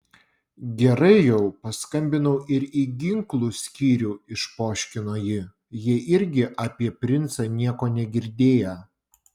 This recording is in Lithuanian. gerai jau paskambinau ir į ginklų skyrių išpoškino ji jie irgi apie princą nieko negirdėję